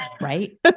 right